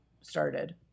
started